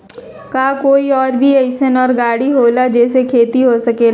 का कोई और भी अइसन और गाड़ी होला जे से खेती हो सके?